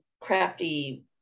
crafty